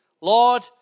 Lord